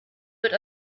wird